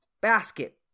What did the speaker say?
Basket